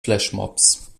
flashmobs